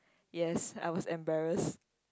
yes I was embarrassed